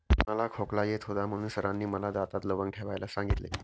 मला खोकला येत होता म्हणून सरांनी मला दातात लवंग ठेवायला सांगितले